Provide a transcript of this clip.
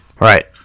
right